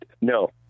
No